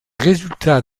résultats